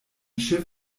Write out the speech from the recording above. schiff